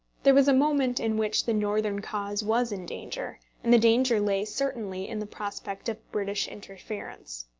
there was a moment in which the northern cause was in danger, and the danger lay certainly in the prospect of british interference.